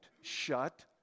shut